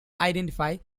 identify